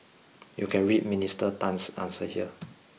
you can read Minister Tan's answer here